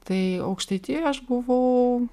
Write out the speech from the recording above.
tai aukštaitijoj aš buvau